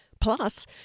Plus